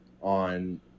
on